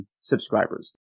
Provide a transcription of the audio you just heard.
subscribers